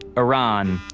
iran,